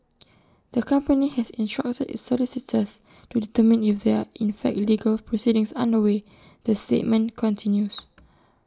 the company has instructed its solicitors to determine if there are in fact legal proceedings underway the statement continues